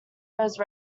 nosed